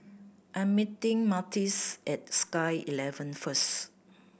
I'm meeting Myrtis at Sky eleven first